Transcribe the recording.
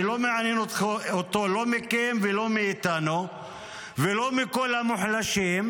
שלא מעניינים אותו לא אתם ולא אנחנו ולא כל המוחלשים.